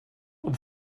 und